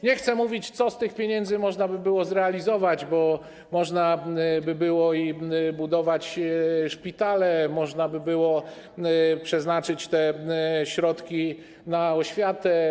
Nie chcę mówić, co z tych pieniędzy można by było zrealizować, bo można by było budować szpitale, można by było przeznaczyć te środki na oświatę.